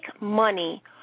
money